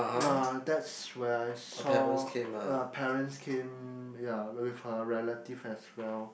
uh that's when I saw her parents came ya with her relatives as well